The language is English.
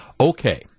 Okay